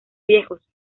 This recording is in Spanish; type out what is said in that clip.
viejos